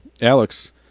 alex